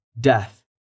death